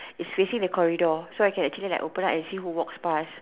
it's facing the corridor so I can actually like open up and see who walks pass